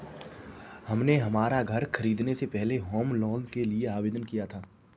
हमने हमारा घर खरीदने से पहले होम लोन के लिए आवेदन किया था